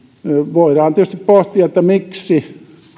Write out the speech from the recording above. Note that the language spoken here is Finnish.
voidaan tietysti pohtia miksi